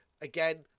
again